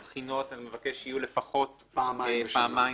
הבחינות אני מבקש שיהיו לפחות פעמיים בשנה,